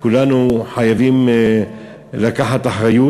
כולנו חייבים לקחת אחריות,